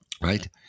right